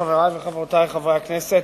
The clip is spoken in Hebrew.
חברי וחברותי חברי הכנסת,